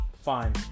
Fine